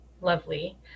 lovely